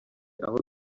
aho